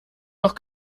noch